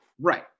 Right